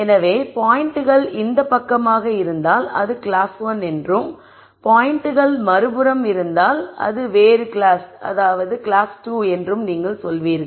எனவே பாயிண்டுகள் இந்த பக்கமாக இருந்தால் அது கிளாஸ் 1 என்றும் பாயிண்டுகள் மறுபுறம் இருந்தால் வேறு கிளாஸ் என்றும் நீங்கள் சொல்வீர்கள்